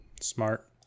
Smart